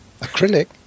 Acrylic